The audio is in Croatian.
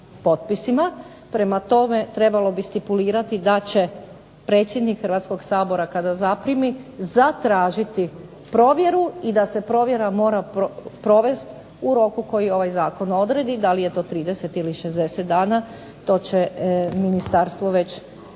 prema tome trebalo bi stipulirati da će predsjednik Hrvatskog sabora kada zaprimi zatražiti provjeru i da se provjera mora provesti u roku koji ovaj zakon odredi, da li je to 30 ili 60 dana to će ministarstvo već prema